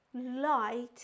light